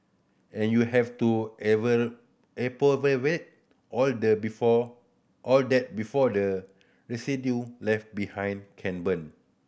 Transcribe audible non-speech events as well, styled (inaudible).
and you have to ever (unintelligible) all the before all that before the residue left behind can burn